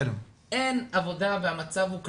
אין עבודה והמצב הוא קשה.